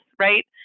Right